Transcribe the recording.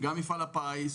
גם מפעל הפיס,